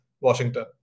Washington